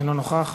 אינו נוכח.